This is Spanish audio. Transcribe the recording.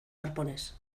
arpones